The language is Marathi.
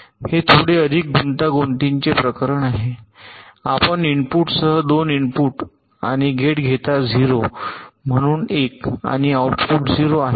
हे थोडे अधिक गुंतागुंतीचे प्रकरण आहे आपण इनपुटसह २ इनपुट आणि गेट घेता 0 म्हणून 1 आणि आऊटपुट 0 आहे